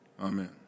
Amen